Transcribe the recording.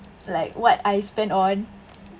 like what I spent on